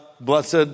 blessed